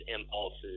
impulses